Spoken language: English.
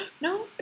no